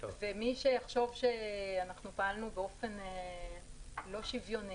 מי שיחשוב שפעלנו באופן לא שוויוני,